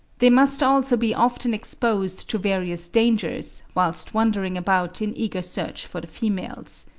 they must also be often exposed to various dangers, whilst wandering about in eager search for the females.